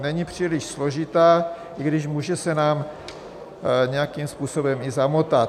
Není příliš složitá, i když může se nám nějakým způsobem i zamotat.